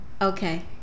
Okay